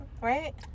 right